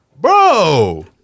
bro